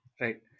right